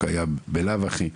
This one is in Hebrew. שקיימים בלאו הכי: